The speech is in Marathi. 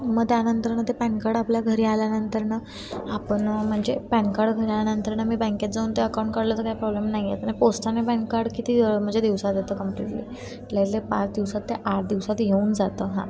मग त्यानंतरनं ते पॅन कार्ड आपल्या घरी आल्यानंतरनं आपण म्हणजे पॅन कार्ड घरी आल्यानंतरनं मी बँकेत जाऊन ते अकाऊंट काढलं तर काय प्रॉब्लेम नाही आहे ना पोस्टाने पॅन कार्ड किती म्हणजे दिवसात येतं कम्प्लीटली किंवा ते पाच दिवसात ते आठ दिवसात येऊन जातं हा